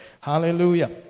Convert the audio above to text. Hallelujah